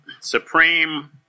supreme